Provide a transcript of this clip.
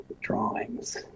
drawings